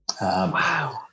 Wow